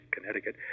Connecticut